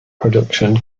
production